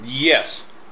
Yes